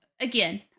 again